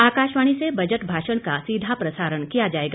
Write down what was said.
आकाशवाणी से बजट भाषण का सीधा प्रसारण किया जाएगा